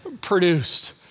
produced